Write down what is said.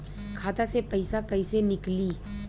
खाता से पैसा कैसे नीकली?